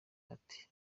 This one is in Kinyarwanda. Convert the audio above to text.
ati